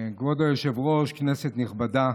כבוד היושב-ראש, כנסת נכבדה,